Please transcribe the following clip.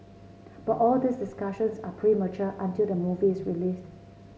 but all these discussions are premature until the movie is released